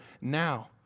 now